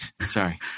Sorry